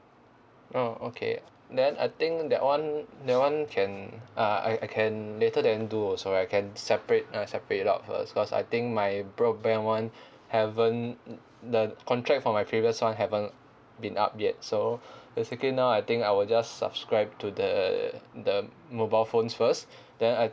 oh okay then I think that [one] that [one] can uh I I can later then do also I can separate uh separate it out first cause I think my broadband [one] haven't the contract for my previous [one] haven't been out yet so basically now I think I will just subscribe to the the mobile phones first then I